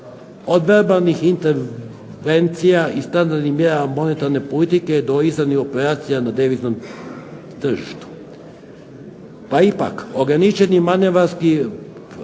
od ... intervencija i standardnih mjera monetarne politike do izravnih operacija na deviznom tržištu. No, ipak ograničeni manevarski